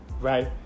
Right